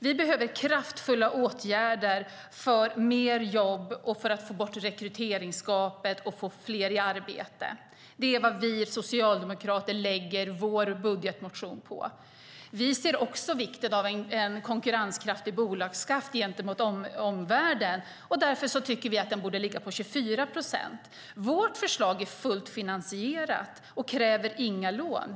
Vi behöver kraftfulla åtgärder för fler jobb och för att få bort rekryteringsgapet och få fler i arbete. Det är det som vi socialdemokrater lägger vår budgetmotion på. Vi ser också vikten av en konkurrenskraftig bolagsskatt gentemot omvärlden. Därför tycker vi att den borde ligga på 24 procent. Vårt förslag är fullt finansierat och kräver inga lån.